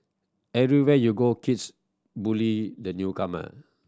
everywhere you go kids bully the newcomer